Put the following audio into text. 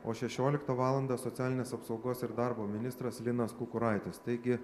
o šešioliktą valandą socialinės apsaugos ir darbo ministras linas kukuraitis taigi